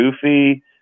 goofy